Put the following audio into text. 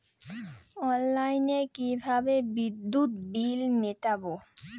অনলাইনে কিভাবে বিদ্যুৎ বিল মেটাবো?